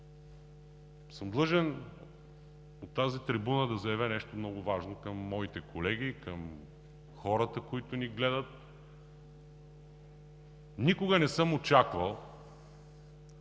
съм длъжен от тази трибуна да заявя нещо много важно към моите колеги и към хората, които ни гледат. Никога не съм очаквал,